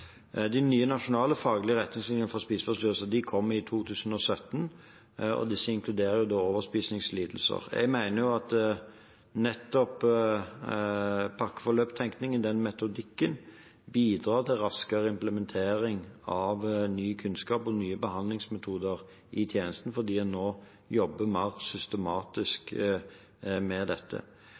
for spiseforstyrrelser kom i 2017. Denne inkluderer overspisingslidelser. Jeg mener at nettopp pakkeforløpstenkningen – den metodikken – bidrar til raskere implementering av ny kunnskap og nye behandlingsmetoder i tjenesten, fordi en jobber mer systematisk med dette.